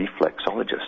reflexologist